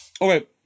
okay